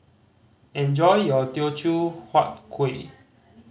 enjoy your Teochew Huat Kueh